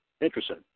interesting